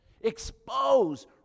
expose